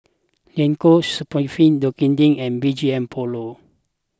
Le Coq Sportif Dequadin and B G M Polo